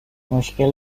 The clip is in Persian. مشکل